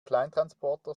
kleintransporter